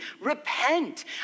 repent